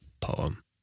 poem